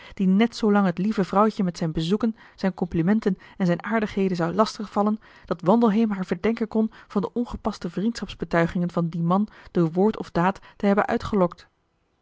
die net zoo lang het lieve vrouwtje met zijn bezoeken zijn complimenten en zijn aardigheden lastig zou vallen dat wandelheem haar verdenken kon van de ongepaste vriendschapsbetuigingen van dien man door woord of daad te hebben uitgelokt